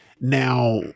Now